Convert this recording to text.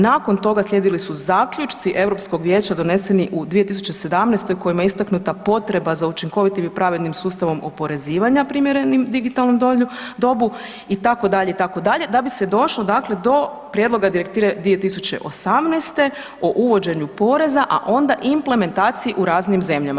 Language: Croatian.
Nakon toga slijedili su zaključci Europskog Vijeća doneseni u 2017. u kojima je istaknuta potreba za učinkovitim i pravednim sustavom oporezivanja primjerenim digitalnom dobu itd., itd., da bi se došlo do prijedloga direktive 2018. o uvođenju poreza, a onda implementaciji u raznim zemljama.